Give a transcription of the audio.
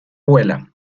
vuela